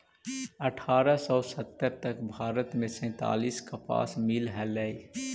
अट्ठारह सौ सत्तर तक भारत में सैंतालीस कपास मिल हलई